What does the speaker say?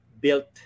built